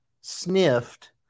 sniffed